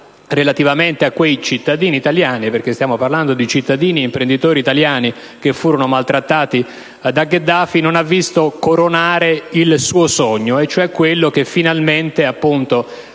relativamente a quei cittadini italiani (perché stiamo parlando di cittadini e imprenditori italiani maltrattati da Gheddafi), non ha visto coronare il suo sogno, cioè che, finalmente, venisse